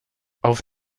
auf